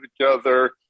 together